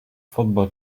football